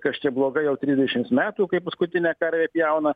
kas čia bloga jau trisdešims metų kai paskutinę karvę pjauna